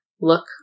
look